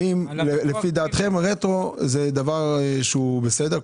האם לפי דעתכם רטרואקטיביות זה דבר שהוא בסדר?